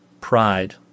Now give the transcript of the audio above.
Pride